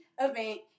event